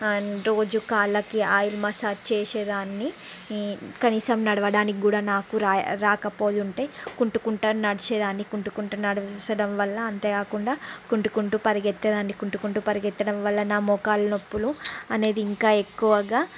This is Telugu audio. రోజు కాళ్ళకి ఆయిల్ మసాజ్ చేసేదాన్ని కనీసం నడవటానికి కూడా నాకు రా రాకపోయు ఉంటే కుంటుకుంటూ నడిచేదాన్ని కుంటుకుంటూ నడవడం వల్ల అంతేకాకుండా కుంటుకుంటూ పరుగెత్తేదాన్ని కుంటుకుంటూ పరుగెత్తడం వల్ల నా మోకాలు నొప్పులు అనేది ఇంకా ఎక్కువగా